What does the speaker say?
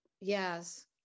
Yes